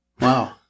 Wow